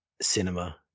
cinema